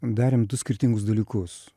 darėm du skirtingus dalykus